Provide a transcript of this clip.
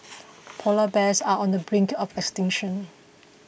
Polar Bears are on the brink of extinction